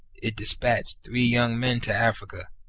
it despatched three young men to africa,